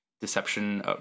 deception